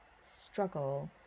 struggle